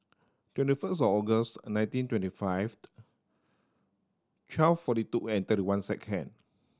twenty first August nineteen twenty five twelve forty two and thirty one second